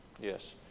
Yes